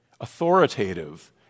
authoritative